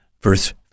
verse